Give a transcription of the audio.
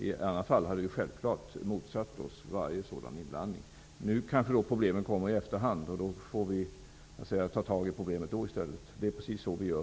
I annat fall hade vi självklart motsatt oss varje inblandning. Nu kanske problemen uppstår i efterhand, och vi får ta itu med dem då i stället. Det är precis så vi gör.